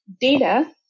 data